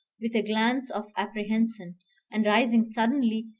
with a glance of apprehension and rising suddenly,